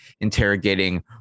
interrogating